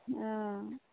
ओ